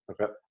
Okay